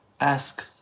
Ask